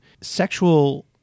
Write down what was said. sexual